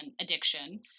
addiction